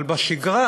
אבל בשגרה